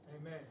Amen